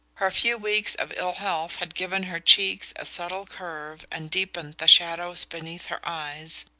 her few weeks of ill-health had given her cheeks a subtler curve and deepened the shadows beneath her eyes,